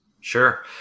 Sure